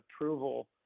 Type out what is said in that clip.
approval